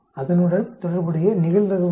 அதனுடன் தொடர்புடைய நிகழ்தகவு என்ன